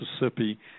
Mississippi